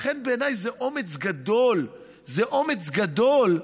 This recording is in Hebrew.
לכן, בעיניי זה אומץ גדול, זה אומץ גדול,